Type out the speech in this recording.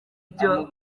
byo